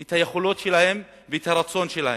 את היכולות שלהם ואת הרצון שלהם,